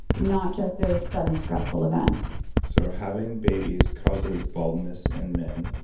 not just those sudden stressful events so having babies causes baldness in men.